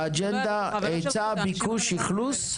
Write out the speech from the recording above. האג'נדה היצע ביקוש אכלוס,